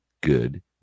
good